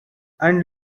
and